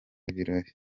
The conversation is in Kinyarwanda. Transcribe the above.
birori